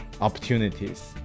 opportunities